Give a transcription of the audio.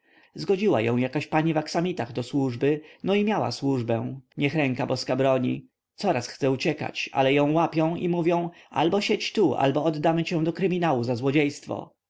zgodziła ją jakaś pani w aksamitach do służby no i miała służbę niech ręka boska broni coraz chce uciekać ale ją łapią i mówią albo siedź tu albo oddamy cię do kryminału za